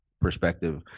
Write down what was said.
perspective